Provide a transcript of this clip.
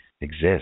exist